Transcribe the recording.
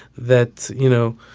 that, you know,